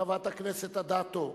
חברת הכנסת אדטו,